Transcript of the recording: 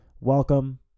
Welcome